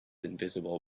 invisible